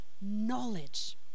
knowledge